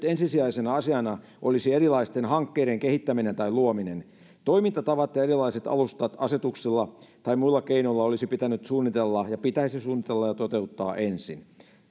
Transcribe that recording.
ensisijaisena asiana olisi erilaisten hankkeiden kehittäminen tai luominen toimintatavat ja erilaiset alustat asetuksilla tai muilla keinoilla olisi pitänyt suunnitella ja pitäisi suunnitella ja toteuttaa ensin